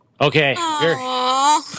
Okay